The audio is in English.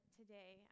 today